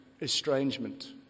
estrangement